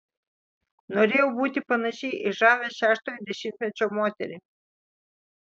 norėjau būti panaši į žavią šeštojo dešimtmečio moterį